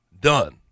done